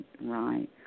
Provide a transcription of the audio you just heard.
right